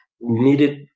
needed